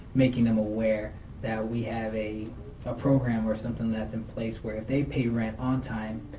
making them aware that we have a ah program or something that's in place where, if they pay rent on time